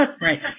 Right